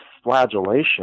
flagellation